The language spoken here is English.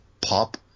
pop